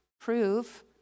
prove